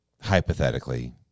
hypothetically